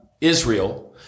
Israel